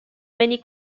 many